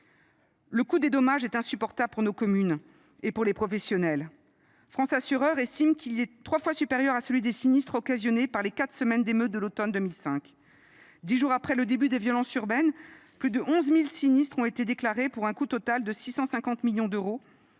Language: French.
Le coût des dommages est insupportable pour nos communes et pour les professionnels. France Assureurs estime qu’il est trois fois supérieur à celui des sinistres occasionnés par les quatre semaines d’émeutes de l’automne 2005. Dix jours après le début des violences urbaines, plus de 11 000 sinistres ont été déclarés, pour un coût total de 650 millions d’euros,